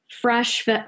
fresh